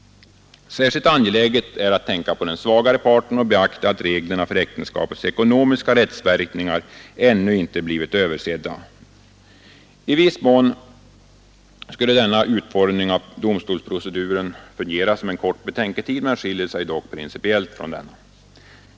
Särskilt angeläget är att tänka på den svagare parten och beakta att reglerna för äktenskapets ekonomiska rättsverkningar ännu inte blivit översedda. I viss mån skulle denna utformning av domstolsproceduren fungera som en kort betänketid men skiljer sig dock principiellt från en sådan.